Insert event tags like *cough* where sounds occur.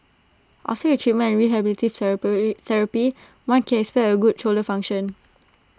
after the treatment and rehabilitative *unintelligible* therapy one can expect A good shoulder function